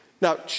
Now